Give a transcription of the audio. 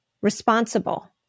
responsible